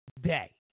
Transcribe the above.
day